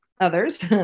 others